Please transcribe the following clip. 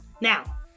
Now